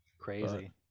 Crazy